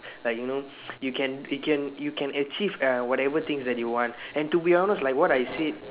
like you know you can you can you can achieve uh whatever things that you want and to be honest like what I said